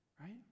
Right